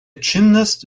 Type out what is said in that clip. gymnast